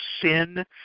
sin